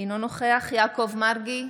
אינו נוכח יעקב מרגי,